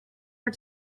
her